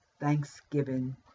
thanksgiving